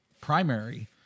primary